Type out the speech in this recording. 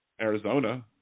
Arizona